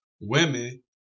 women